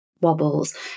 wobbles